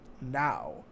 now